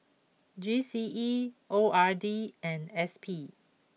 G C E O R D and S P